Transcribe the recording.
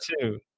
two